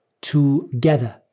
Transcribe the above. together